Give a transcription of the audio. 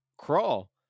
Crawl